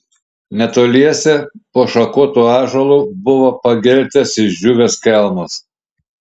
netoliese po šakotu ąžuolu buvo pageltęs išdžiūvęs kelmas